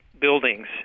buildings